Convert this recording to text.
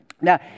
Now